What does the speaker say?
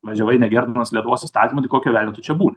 važiavai negerbdamas lietuvos įstatymų tai kokio velnio tu čia būni